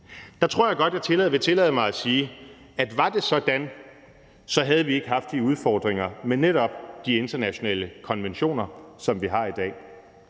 Der tror jeg godt, jeg vil tillade mig at sige, at var det sådan, så havde vi ikke haft de udfordringer med netop de internationale konventioner, som vi har i dag.